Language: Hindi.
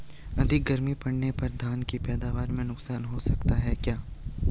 अधिक गर्मी पड़ने पर धान की पैदावार में नुकसान हो सकता है क्या?